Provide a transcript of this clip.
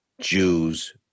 Jews